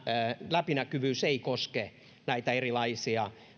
läpinäkyvyys ei koske näitä